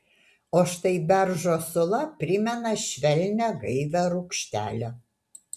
o štai beržo sula primena švelnią gaivią rūgštelę